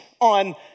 on